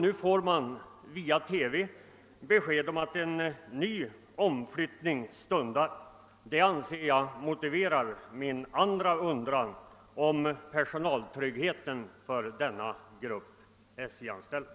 Nu får de via TV besked om att en ny omflyttning stundar. Det anser jag motivera min andra undran, om personaltryggheten för denna grupp SJ-anställda.